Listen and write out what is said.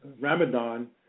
Ramadan